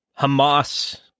Hamas